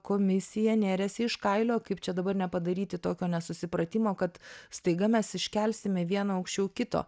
komisija nėrėsi iš kailio kaip čia dabar nepadaryti tokio nesusipratimo kad staiga mes iškelsime vieną aukščiau kito